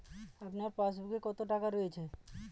আপনার পাসবুকে কত টাকা রয়েছে?